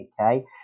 Okay